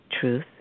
truth